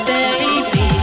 Baby